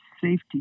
safety